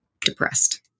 depressed